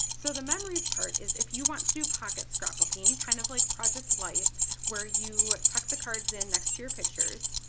so the memories part is if you want to do pocket scrapbooking kind of like project life where you have tucked the cards in next to your pictures.